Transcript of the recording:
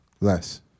Less